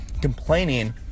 complaining